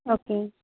ஓகேங்க